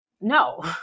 no